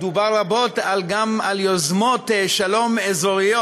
דובר רבות גם על יוזמות שלום אזוריות,